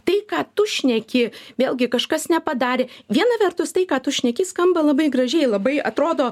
tai ką tu šneki vėlgi kažkas nepadarė viena vertus tai ką tu šneki skamba labai gražiai labai atrodo